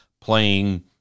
playing